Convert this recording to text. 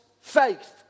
faith